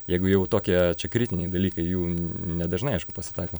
jeigu jau tokie kritiniai dalykai jų nedažnai pasitaiko